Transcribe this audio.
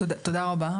תודה רבה,